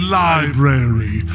library